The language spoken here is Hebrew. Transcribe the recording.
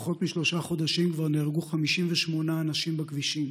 פחות משלושה חודשים, כבר נהרגו 58 אנשים בכבישים.